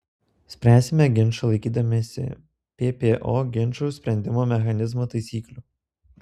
spręsime ginčą laikydamiesi ppo ginčų sprendimo mechanizmo taisyklių